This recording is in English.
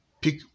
pick